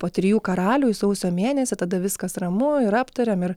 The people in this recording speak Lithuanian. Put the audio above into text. po trijų karalių į sausio mėnesį tada viskas ramu ir aptariam ir